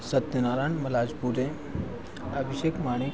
सत्यनारायण मलाज पुरे अभिषेक माणिक